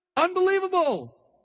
unbelievable